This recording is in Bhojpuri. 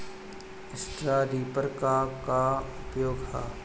स्ट्रा रीपर क का उपयोग ह?